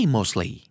Mostly